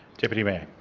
deputy mayor